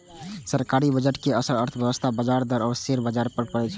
सरकारी बजट के असर अर्थव्यवस्था, ब्याज दर आ शेयर बाजार पर पड़ै छै